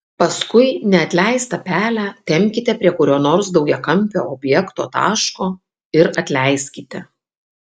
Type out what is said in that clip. paskui neatleistą pelę tempkite prie kurio nors daugiakampio objekto taško ir atleiskite